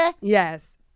Yes